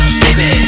baby